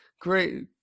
great